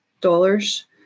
dollars